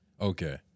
okay